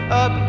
up